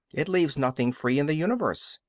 it leaves nothing free in the universe.